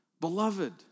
Beloved